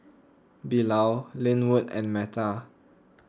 Bilal Linwood and Metta